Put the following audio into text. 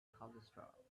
cholesterol